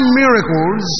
miracles